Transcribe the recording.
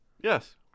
Yes